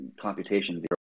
computation